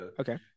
Okay